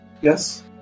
Yes